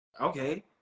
okay